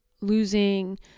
losing